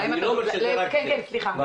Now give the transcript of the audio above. סליחה,